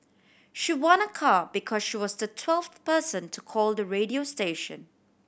she won a car because she was the twelfth person to call the radio station